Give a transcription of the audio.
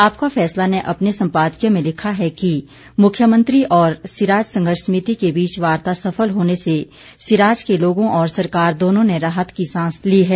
आपका फैसला ने अपने संपादकीय में लिखा है कि मुख्यमंत्री और सिराज संघर्ष समिति के बीच वार्ता सफल होने से सिराज के लोगों और सरकार दोनों ने राहत की सांस ली है